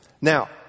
Now